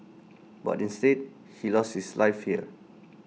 but instead he lost his life here